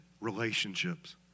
relationships